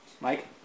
Mike